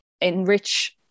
enrich